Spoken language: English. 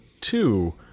two